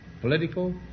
political